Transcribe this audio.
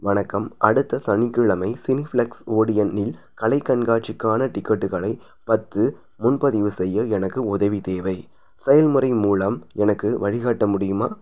வணக்கம் அடுத்த சனிக்கிழமை சினிஃபெளக்ஸ் ஓடியனில் கலை கண்காட்சிக்கான டிக்கெட்டுகளை பத்து முன்பதிவு செய்ய எனக்கு உதவி தேவை செயல்முறை மூலம் எனக்கு வழிகாட்ட முடியுமா